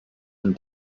and